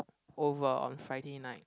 over on Friday night